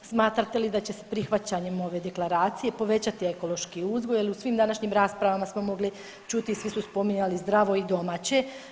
Smatrate li da će se prihvaćanjem ove deklaracije povećati ekološki uzgoj jer u svim današnjim raspravama smo mogli čuti i svi su spominjali zdravo i domaće.